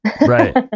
Right